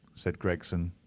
said gregson.